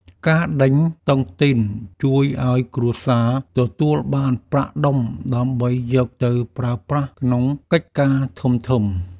ការដេញតុងទីនជួយឱ្យគ្រួសារទទួលបានប្រាក់ដុំ ដើម្បីយកទៅប្រើប្រាស់ក្នុងកិច្ចការធំៗ។